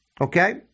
okay